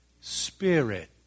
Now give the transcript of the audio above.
spirit